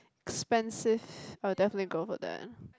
expensive I'll definitely go for that